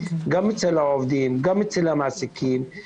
גם אצל העובדים וגם אצל המעסיקים,